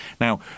Now